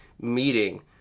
meeting